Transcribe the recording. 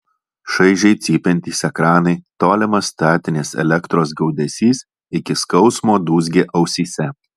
šaižiai cypiantys ekranai tolimas statinės elektros gaudesys iki skausmo dūzgė ausyse